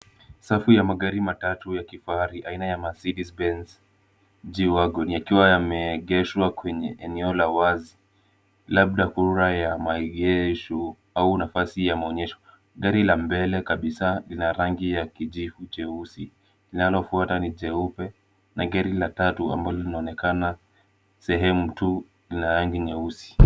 Safu ya magari matatu ya kifahari aina ya Mercedes-Benz G Wagon yakiwa yamegeushwa kwenye eneo la wazi, labda kurura ya maegesho au nafasi ya maonyesho. Gari la mbele kabisa lina rangi ya kijivu cheusi linalofuata ni cheupe na gari la tatu ambalo linaonekana sehemu tu lina rangi nyeusi.